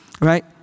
Right